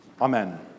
Amen